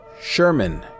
Sherman